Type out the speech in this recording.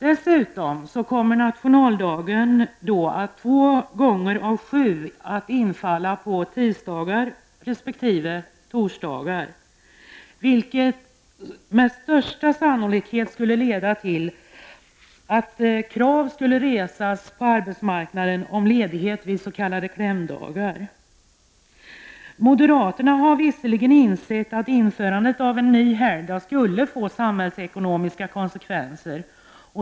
Dessutom skulle nationaldagen två gånger av sju infalla på tisdagar resp. torsdagar, något som med sannolikhet skulle leda till att krav på ledighet vid s.k. klämdagar skulle resas på arbetsmarknaden. Moderaterna har visserligen insett att införandet av en ny helgdag skulle få samhällsekonomiska konsekvenser.